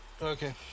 Okay